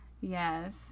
Yes